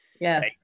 Yes